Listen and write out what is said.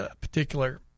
particular